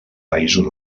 països